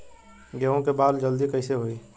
गेहूँ के बाल जल्दी कईसे होई?